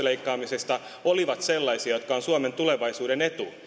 leikkaamisesta ovat sellaisia jotka ovat suomen tulevaisuuden etu